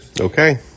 Okay